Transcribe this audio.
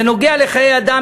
זה נוגע לחיי אדם,